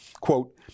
quote